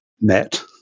met